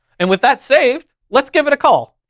and with that saved, let's give it a call.